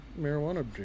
marijuana